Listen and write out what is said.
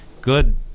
good